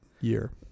year